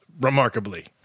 remarkably